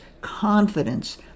confidence